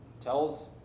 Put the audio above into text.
tells